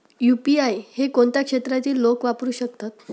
UPI हे कोणत्या क्षेत्रातील लोक वापरू शकतात?